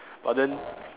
but then